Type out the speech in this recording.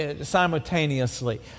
simultaneously